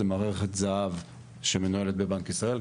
זו מערכת זה"ב שמנוהלת בבנק ישראל,